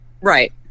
right